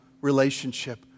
relationship